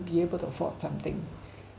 be able to afford something